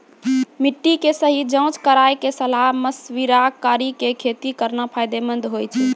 मिट्टी के सही जांच कराय क सलाह मशविरा कारी कॅ खेती करना फायदेमंद होय छै